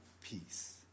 peace